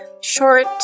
short